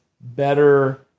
better